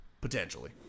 potentially